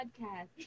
podcast